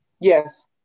yes